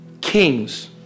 kings